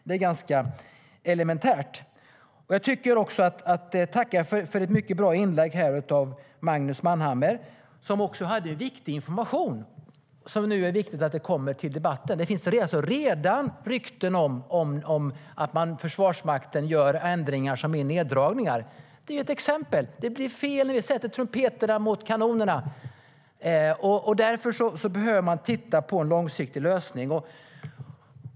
Det är ganska elementärt. Jag vill också tacka för ett mycket bra inlägg av Magnus Manhammar som hade information som är viktig att ta med i debatten. Det går alltså redan rykten om att Försvarsmakten gör ändringar som är neddragningar. Det är ett exempel på att det blir fel när vi sätter trumpeterna mot kanonerna. Därför behöver man titta på en långsiktig lösning.